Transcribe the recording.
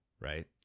right